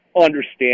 understand